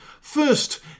First